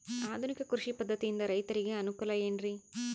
ಆಧುನಿಕ ಕೃಷಿ ಪದ್ಧತಿಯಿಂದ ರೈತರಿಗೆ ಅನುಕೂಲ ಏನ್ರಿ?